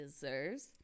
deserves